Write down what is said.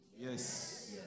Yes